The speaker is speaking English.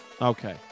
Okay